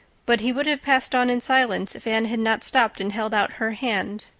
but he would have passed on in silence, if anne had not stopped and held out her hand.